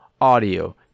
audio